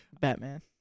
Batman